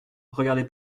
regardez